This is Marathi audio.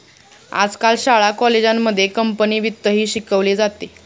आजकाल शाळा कॉलेजांमध्ये कंपनी वित्तही शिकवले जाते